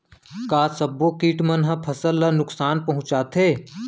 का सब्बो किट मन ह फसल ला नुकसान पहुंचाथे?